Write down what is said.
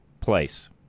place